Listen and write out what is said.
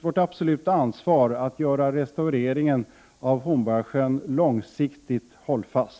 vårt absoluta ansvar att göra restaureringen av Hornborgasjön långsiktigt hållfast.